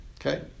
Okay